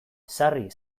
sarri